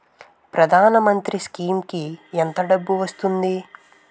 ప్రధాన మంత్రి స్కీమ్స్ కీ ఎంత డబ్బు వస్తుంది?